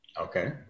Okay